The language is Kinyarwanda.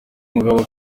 mugabo